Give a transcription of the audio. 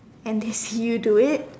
and they see you do it